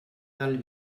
del